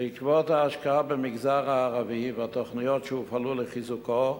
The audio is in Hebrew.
בעקבות ההשקעה במגזר הערבי והתוכניות שהופעלו לחיזוקו,